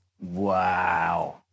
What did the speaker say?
Wow